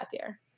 happier